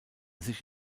sich